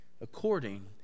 according